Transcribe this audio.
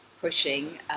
pushing